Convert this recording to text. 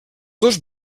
dos